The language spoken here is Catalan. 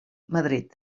madrid